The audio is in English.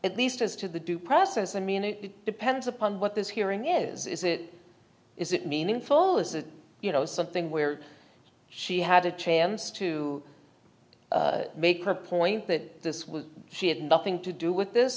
at least as to the due process i mean it depends upon what this hearing is is it is it meaningful is it you know something where she had a chance to make her point that this was she had nothing to do with this